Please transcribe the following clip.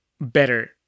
better